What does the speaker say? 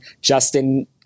Justin